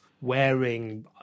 wearing